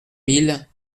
mille